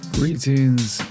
Greetings